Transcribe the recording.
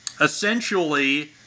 essentially